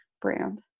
brand